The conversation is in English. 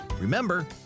Remember